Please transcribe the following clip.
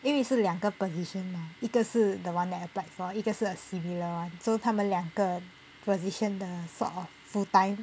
因为是两个 position 一个是 the one that I applied for 一个是 a similar one so 他们两个 position 的 sort of full time